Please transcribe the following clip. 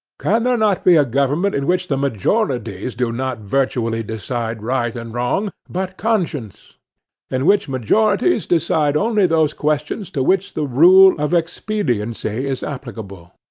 can there not be a government in which the majorities do not virtually decide right and wrong, but conscience in which majorities decide only those questions to which the rule of expediency is applicable?